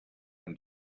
and